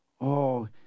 Oh